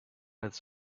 its